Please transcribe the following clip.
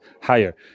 higher